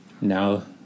Now